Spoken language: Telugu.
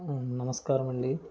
నమస్కారమండి